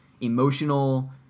emotional